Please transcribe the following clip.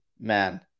man